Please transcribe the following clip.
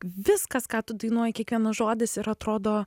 viskas ką tu dainuoji kiekvienas žodis ir atrodo